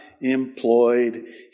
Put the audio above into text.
employed